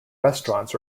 restaurants